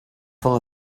full